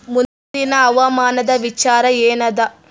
ಮುಂದಿನ ಹವಾಮಾನದ ವಿಚಾರ ಏನದ?